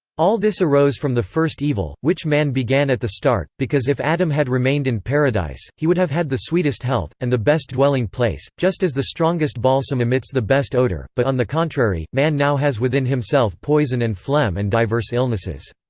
all this arose from the first evil, which man began at the start, because if adam had remained in paradise, he would have had the sweetest health, and the best dwelling-place, just as the strongest balsam emits the best odor but on the contrary, man now has within himself poison and phlegm and diverse illnesses.